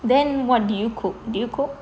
then what do you cook do you cook